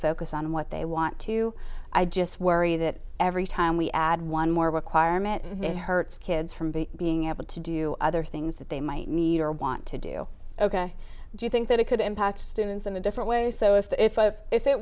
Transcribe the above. focus on what they want to i just worry that every time we add one more requirement and it hurts kids from b being able to do other things that they might need or want to do ok do you think that it could impact students in a different way so if i if i